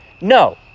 No